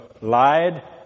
lied